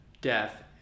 death